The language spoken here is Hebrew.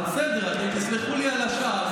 אתם תסלחו לי על השעה.